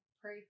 pray